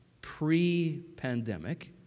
pre-pandemic